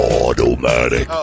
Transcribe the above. automatic